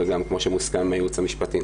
וגם כמו שמוסכם עם הייעוץ המשפטי,